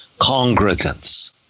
congregants